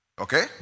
Okay